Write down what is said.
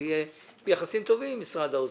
אני ביחסים טובים עם משרד האוצר.